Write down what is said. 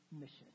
mission